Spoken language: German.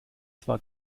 zwar